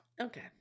Okay